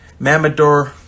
Mamador